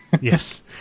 yes